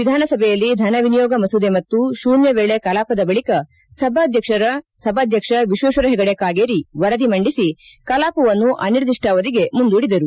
ವಿಧಾನಸಭೆಯಲ್ಲಿ ಧನ ವಿನಿಯೋಗ ಮಸೂದೆ ಮತ್ತು ಶೂನ್ಯ ವೇಳೆ ಕಲಾಪದ ಬಳಿಕ ಸಭಾಧ್ಯಕ್ಷ ವಿಶ್ವೇಶ್ವರ ಹೆಗಡೆ ಕಾಗೇರಿ ವರದಿ ಮಂಡಿಸಿ ಕಲಾಪವನ್ನು ಅನಿರ್ದಿಷ್ಟಾವಧಿಗೆ ಮುಂದೂಡಿದರು